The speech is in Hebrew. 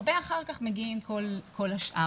הרבה אחר כך מגיעים כל השאר.